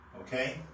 Okay